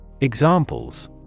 Examples